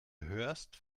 hörst